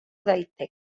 daiteke